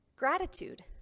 gratitude